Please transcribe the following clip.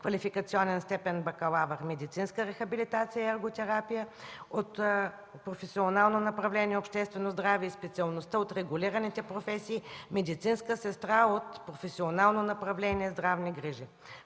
образователно-квалификационна степен „бакалавър” –„Медицинска рехабилитация и ерготерапия” от професионално направление „Обществено здраве”, и специалността от регулираните професии „медицинска сестра” от професионално направление „Здравни грижи”.